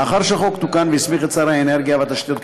לאחר שהחוק תוקן והסמיך את שר האנרגיה והתשתית,